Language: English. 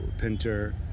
Pinter